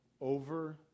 over